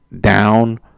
down